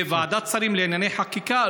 וועדת שרים לענייני חקיקה,